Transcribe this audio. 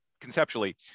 conceptually